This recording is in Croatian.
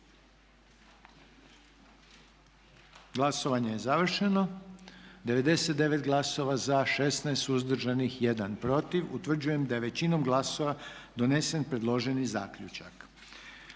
Glasovanje je završeno. 99 glasova za, 16 suzdržanih, 1 protiv. Utvrđujem da je većinom glasova donesen predloženi zaključak.